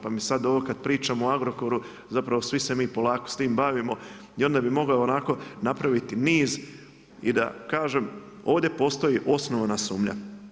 Pa mi sad ovo kad pričam o Agrokoru zapravo svi se mi polako s tim bavimo i onda bi mogao onako napraviti niz i da kažem ovdje postoji osnovana sumnja.